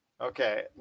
Okay